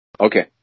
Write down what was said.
Okay